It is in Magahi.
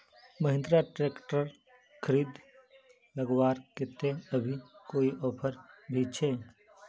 महिंद्रा ट्रैक्टर खरीद लगवार केते अभी कोई ऑफर भी छे?